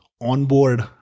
onboard